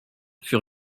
furent